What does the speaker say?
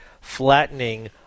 flattening